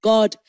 God